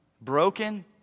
Broken